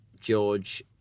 George